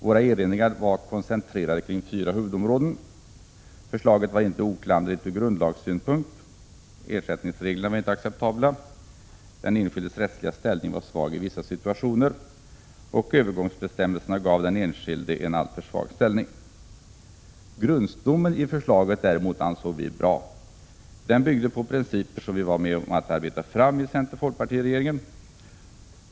Våra erinringar var koncentrerade kring fyra huvudområden: förslaget var inte oklanderligt ur grundlagssynpunkt, ersättningsreglerna var inte acceptabla, den enskildes rättsliga ställning var svag i vissa situationer och övergångsbestämmelserna gav den enskilde en alltför svag ställning. Grundstommen i förslaget ansåg vi däremot vara bra. Den byggde på principer som vi arbetat fram i center —folkparti-regeringen.